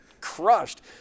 crushed